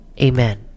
amen